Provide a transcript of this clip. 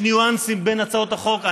יש ניואנסים בין הצעות החוק.